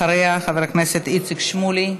אחריה, חבר הכנסת איציק שמולי.